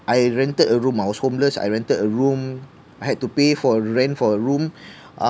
I rented a room I was homeless I rented a room I had to pay for a rent for a room